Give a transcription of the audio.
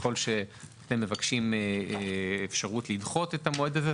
ככל שמבקשים אפשרות לדחות את המועד הזה,